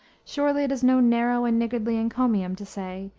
surely it is no narrow and niggardly encomium to say,